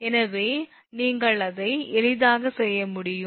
எனவே நீங்கள் அதை எளிதாக செய்ய முடியும்